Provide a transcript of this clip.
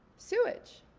sewage.